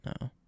no